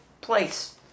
place